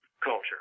culture